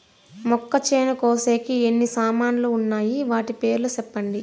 మొక్కచేను కోసేకి ఎన్ని సామాన్లు వున్నాయి? వాటి పేర్లు సెప్పండి?